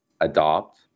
adopt